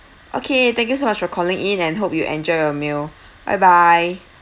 okay thank you so much for calling in and hope you enjoy your meal bye bye